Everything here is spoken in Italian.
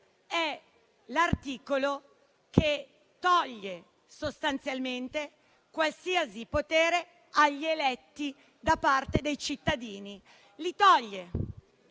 l'articolo che toglie sostanzialmente qualsiasi potere agli eletti dei cittadini. Li toglie